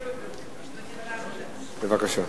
בבקשה.